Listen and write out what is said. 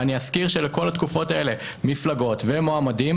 ואני אזכיר שלכל התקופות האלה מפלגות ומועמדים